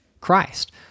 Christ